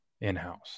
in-house